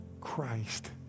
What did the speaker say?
Christ